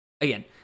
Again